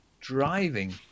driving